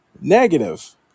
Negative